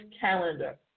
calendar